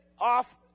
off